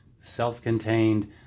self-contained